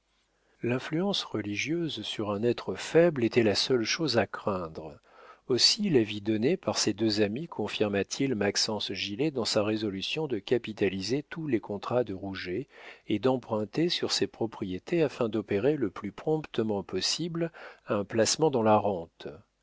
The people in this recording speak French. l'influence religieuse sur un être faible était la seule chose à craindre aussi l'avis donné par ses deux amis confirma t il maxence gilet dans sa résolution de capitaliser tous les contrats de rouget et d'emprunter sur ses propriétés afin d'opérer le plus promptement possible un placement dans la rente